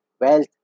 wealth